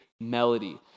melody